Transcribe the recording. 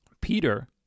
Peter